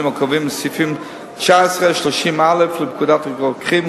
הקובעים בסעיפים 19 ו-30(א) לפקודת הרוקחים,